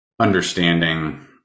understanding